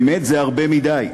זה באמת הרבה מדי.